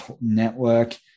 Network